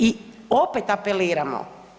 I opet apeliramo.